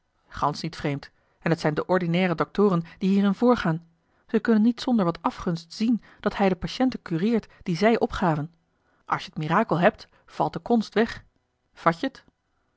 gansch niet vreemd en t zijn de ordinaire doctoren die hierin voorgaan ze kunnen niet zonder wat afgunst zien dat hij de patiënten cureert die zij opgaven als je t mirakel hebt valt de konst weg vat je